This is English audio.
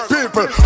People